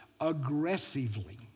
aggressively